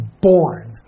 born